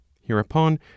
Hereupon